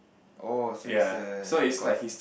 oh so it's a got